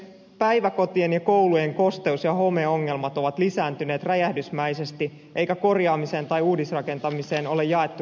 päiväkotien ja koulujen kosteus ja homeongelmat ovat lisääntyneet räjähdysmäisesti eikä korjaamiseen tai uudisrakentamiseen ole jaettu riittävästi rahaa